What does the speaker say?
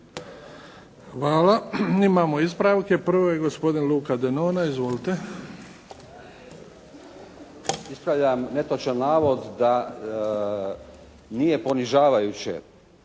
Hvala. Imamo ispravke. Prvo je gospodin Luka Denona. Izvolite. **Denona, Luka (SDP)** Ispravljam netočan navod da nije ponižavajuće,